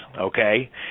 okay